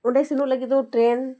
ᱚᱸᱰᱮ ᱥᱮᱱᱚᱜ ᱞᱟᱹᱜᱤᱫ ᱫᱚ ᱴᱨᱮᱱ